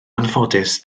anffodus